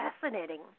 fascinating